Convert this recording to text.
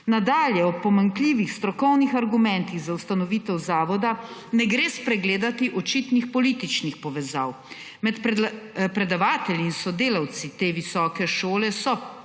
Nadalje. Ob pomanjkljivih strokovnih argumentih za ustanovitev zavoda ne gre spregledati očitnih političnih povezav. Med predavatelji in sodelavci te visoke šole so